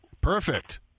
Perfect